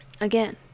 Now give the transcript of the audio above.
again